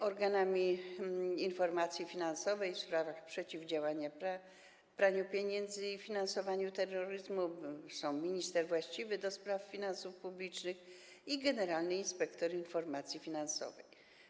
Organami informacji finansowej w sprawach przeciwdziałania praniu pieniędzy i finansowaniu terroryzmu są minister właściwy do spraw finansów publicznych i generalny inspektor informacji finansowej.